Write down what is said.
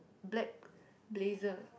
black blazer